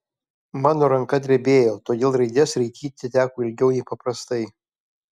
mano ranka drebėjo todėl raides raityti teko ilgiau nei paprastai